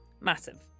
massive